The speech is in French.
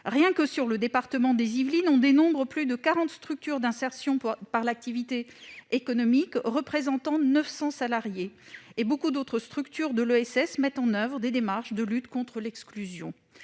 Dans le seul département des Yvelines, on dénombre plus de 40 structures d'insertion par l'activité économique, représentant 900 salariés. Bien d'autres structures de l'ESS mettent en oeuvre des démarches de lutte contre l'exclusion.